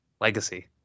legacy